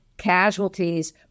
casualties